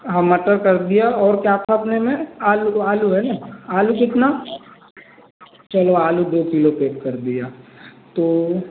हाँ मटर कर दिया और क्या था अपने में आलू तो आलू है न आलू कितना चलो आलू दो किलो पैक कर दिया तो